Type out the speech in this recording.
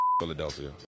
Philadelphia